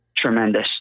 tremendous